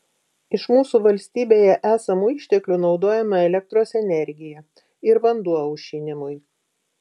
iš mūsų valstybėje esamų išteklių naudojama elektros energija ir vanduo aušinimui